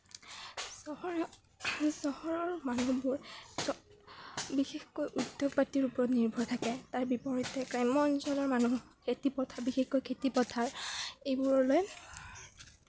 চহৰৰ চহৰৰ মানুহবোৰ বিশেষকৈ উদ্যোগ পাতিৰ ওপৰত নিৰ্ভৰ থাকে তাৰ বিপৰীতে গ্ৰাম্য অঞ্চলৰ মানুহ খেতি পথাৰ বিশেষকৈ খেতি পথাৰ এইবোৰ লৈ